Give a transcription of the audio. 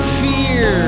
fear